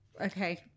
okay